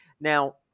Now